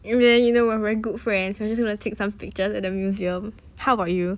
you know when we're very good friends we just wanna take some pictures at the museum how about you